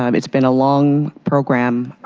um it's been a long program.